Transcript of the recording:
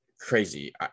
crazy